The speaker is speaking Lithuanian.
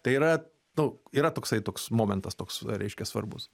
tai yra nu yra toksai toks momentas toks reiškia svarbus